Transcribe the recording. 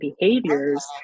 behaviors